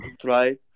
try